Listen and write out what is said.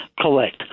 collect